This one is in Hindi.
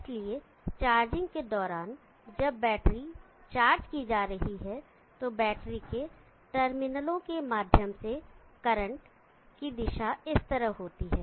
इसलिए चार्जिंग के दौरान जब बैटरी चार्ज की जा रही है तो बैटरी के टर्मिनलों के माध्यम से करंट की दिशा इस तरह होती है